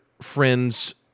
friend's